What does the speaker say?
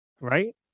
right